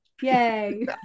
Yay